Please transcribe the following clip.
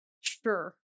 Sure